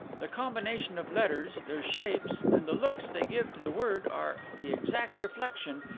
the combination of letters, their shapes, and the look they give to the word, are the exact reflection,